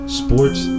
sports